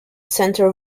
center